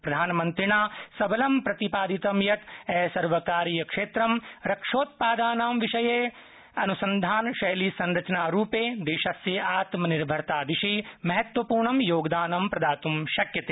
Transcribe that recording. प्रधानमन्त्रिणा सबलं प्रतिपादितं यत् असर्वकारीय क्षेत्रं रक्षोत्पादानां विषये अनुसन्धान शैलीसंरचनारूपे देशस्य आत्मनिर्भरता दिशि महत्वपूर्ण ं योगदानं प्रदात् शक्यते